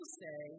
say